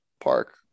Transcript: park